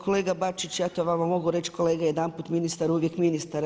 Kolega Bačić ja to vama mogu reći, kolega jedanput ministar uvijek ministar.